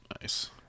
Nice